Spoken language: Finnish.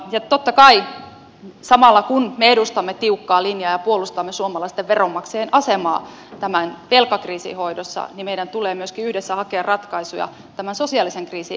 totta kai samalla kun me edustamme tiukkaa linjaa ja puolustamme suomalaisten veronmaksajien asemaa tämän velkakriisin hoidossa meidän tulee myöskin yhdessä hakea ratkaisuja tämän sosiaalisen kriisin ehkäisemiseksi